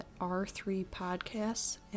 r3podcasts